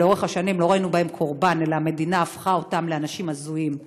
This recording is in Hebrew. שלאורך השנים לא ראינו בהן קורבן אלא המדינה הפכה אותן לאנשים הזויים.